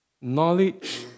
Knowledge